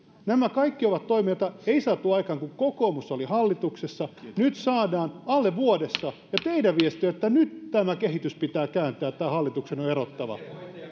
nämä kaikki ovat toimia joita ei saatu aikaan kun kokoomus oli hallituksessa mutta nyt saadaan alle vuodessa ja teidän viestinne on että nyt tämä kehitys pitää kääntää ja tämän hallituksen on erottava